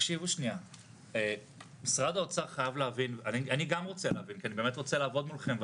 אני גם רוצה להבין כי אני באמת רוצה לעבוד מולכם.